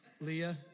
Leah